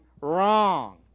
wrong